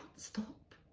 stop